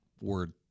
word